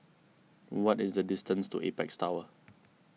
what is the distance to Apex Tower